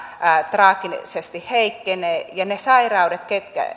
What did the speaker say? traagisesti heikkenee ja ne sairaudet